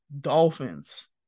dolphins